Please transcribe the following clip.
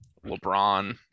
LeBron